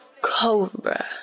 Cobra